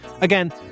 Again